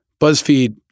BuzzFeed